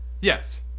Yes